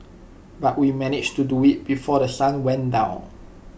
but we managed to do IT before The Sun went down